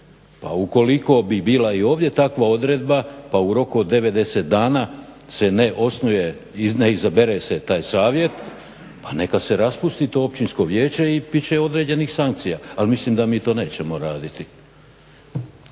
A ukoliko bi bila i ovdje takva odredba pa u roku od 9, 10 dana se ne osnuje, ne izabere se taj savjet pa neka se raspusti to općinsko vijeće i bit će određenih sankcija. Ali mislim da mi to nećemo raditi.